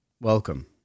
Welcome